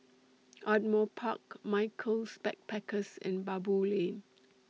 Ardmore Park Michaels Backpackers and Baboo Lane